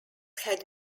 had